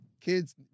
kids